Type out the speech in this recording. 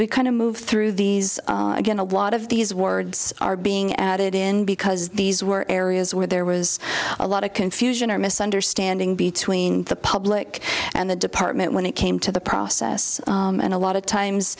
we kind of move through these again a lot of these words are being added in because these were areas where there was a lot of confusion or misunderstanding between the public and the department when it came to the process and a lot of times